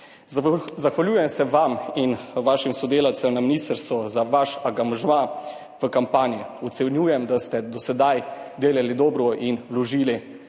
zahvaljujem se vam in vašim sodelavcem na ministrstvu za vaš angažma v kampanji. Ocenjujem, da ste do sedaj delali dobro in vložili dosti